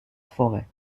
forêt